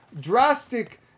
drastic